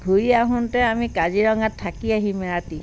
ঘূৰি আহোঁতে আমি কাজিৰঙাত থাকি আহিম এৰাতি